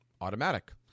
Automatic